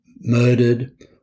murdered